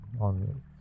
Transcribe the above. on